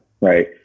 right